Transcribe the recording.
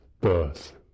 birth